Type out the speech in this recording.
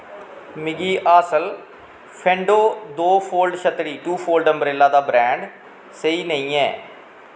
मिगी हासल फेंडो दो फोल्ड छतड़ी टू फोल्ड अम्ब्रेला दा ब्रांड सेई नेईं ऐ